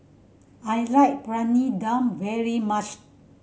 I like Briyani Dum very much